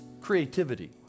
creativity